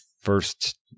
first